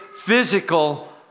physical